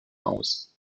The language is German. aus